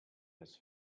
has